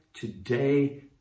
today